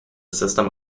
system